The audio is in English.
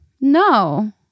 No